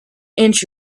inch